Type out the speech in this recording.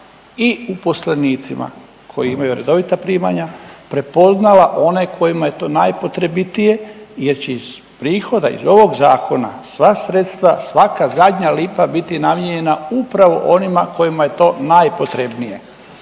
i uposlenicima koji imaju redovita primanja, prepoznala one kojima je to najpotrebitije jer će iz prihoda iz ovog zakona sva sredstva, svaka zadnja lipa biti namijenjena upravo onima kojima je to najpotrebnije,